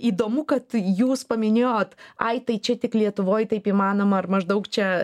įdomu kad jūs paminėjot ai tai čia tik lietuvoj taip įmanoma ar maždaug čia